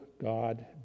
God